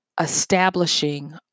establishing